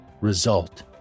Result